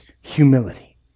humility